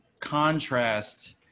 contrast